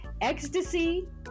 Ecstasy